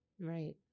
Right